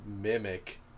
mimic